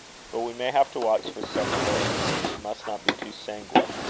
but we may have to watch for several days. we must not be too sanguine.